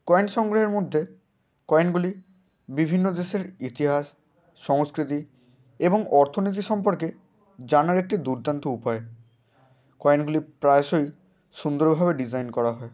coin সংগ্রহের মধ্যে কয়েনগুলি বিভিন্ন দেশের ইতিহাস সংস্কৃতি এবং অর্থনীতি সম্পর্কে জানার একটি দুর্দান্ত উপায় কয়েনগুলি প্রায়শই সুন্দরভাবে ডিজাইন করা হয়